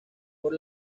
por